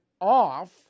off